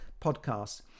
podcasts